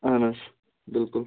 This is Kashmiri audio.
اہن حظ بلکل